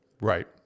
Right